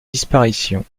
disparition